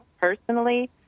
personally